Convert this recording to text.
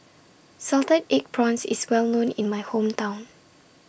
Salted Egg Prawns IS Well known in My Hometown